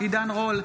עידן רול,